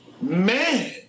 man